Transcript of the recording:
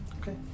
Okay